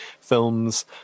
films